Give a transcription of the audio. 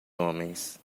homens